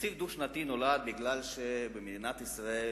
תקציב דו-שנתי נולד בגלל שבמדינת ישראל